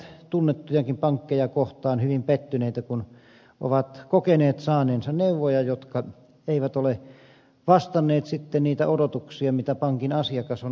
monethan ovat tunnettujakin pankkeja kohtaan hyvin pettyneitä kun ovat kokeneet saaneensa neuvoja jotka eivät ole vastanneet sitten niitä odotuksia mitä pankin asiakas on asettanut